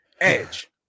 Edge